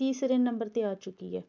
ਤੀਸਰੇ ਨੰਬਰ 'ਤੇ ਆ ਚੁੱਕੀ ਹੈ